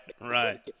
Right